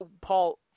Paul